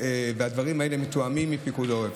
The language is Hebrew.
הדברים האלה מתואמים עם פיקוד העורף.